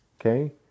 okay